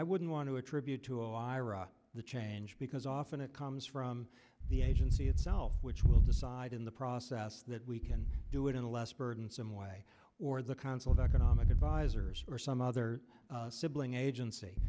i wouldn't want to attribute to iraq the change because often it comes from the agency itself which will decide in the process that we can do it in a less burdensome way or the council of economic advisers or some other sibling agency